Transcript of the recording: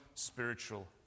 spiritual